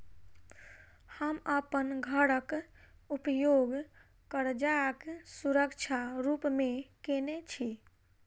हम अप्पन घरक उपयोग करजाक सुरक्षा रूप मेँ केने छी